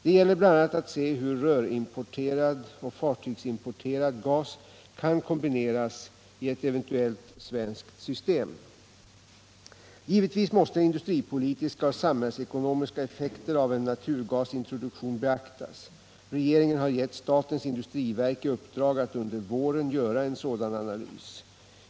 Det gäller bl.a. att se hur rörimporterad och fartygsimporterad gas kan kombineras i ett eventuellt svenskt system. Givetvis måste industripolitiska och samhällsekonomiska effekter av en naturgasintroduktion beaktas. Regeringen har gett statens industriverk i uppdrag att under våren göra en sådan analys.